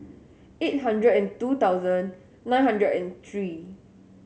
eight hundred and two thousand nine hundred and three